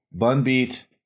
Bunbeat